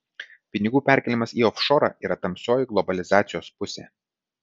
pinigų perkėlimas į ofšorą yra tamsioji globalizacijos pusė